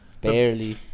Barely